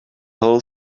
whole